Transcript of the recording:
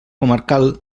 comarcal